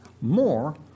more